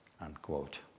Unquote